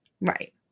Right